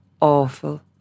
awful